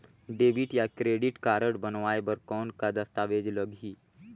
Debit या credit card बनवाय बर कौन का दस्तावेज लगही?